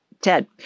Ted